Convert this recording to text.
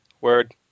Word